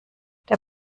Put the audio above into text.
der